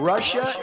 Russia